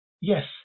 yes